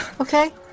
okay